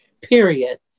period